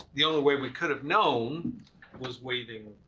the only way we could've known was waiting,